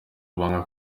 banga